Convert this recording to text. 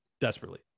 desperately